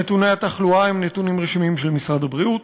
נתוני התחלואה הם נתונים רשמיים של משרד הבריאות.